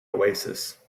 oasis